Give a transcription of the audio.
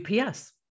UPS